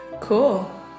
Cool